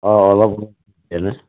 অঁ অলপ যেনে